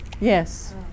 Yes